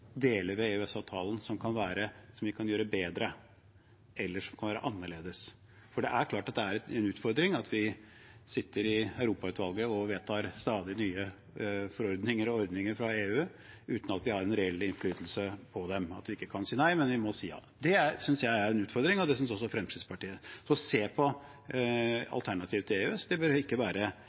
deler ved EØS-avtalen som vi kan gjøre bedre, eller som kan være annerledes. Det er klart det er en utfordring at vi sitter i Europautvalget og vedtar stadig nye forordninger og ordninger fra EU uten at vi har en reell innflytelse på dem – at vi ikke kan si nei, men må si ja. Det synes jeg er en utfordring, og det synes også Fremskrittspartiet. Så å se på alternativer til EØS bør ikke være